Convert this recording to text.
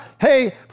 Hey